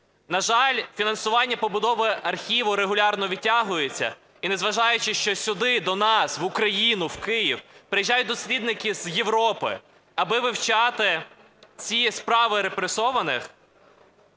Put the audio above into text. На жаль, фінансування побудови архіву регулярно відтягується. І незважаючи, що сюди до нас в Україну, в Київ приїжджають дослідники з Європи, аби вивчати ці справи репресованих,